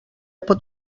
pot